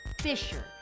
Fisher